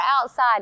outside